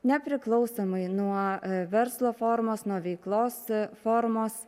nepriklausomai nuo verslo formos nuo veiklos formos